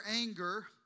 anger